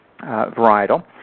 varietal